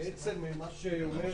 בעצם מה שאומר